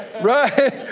right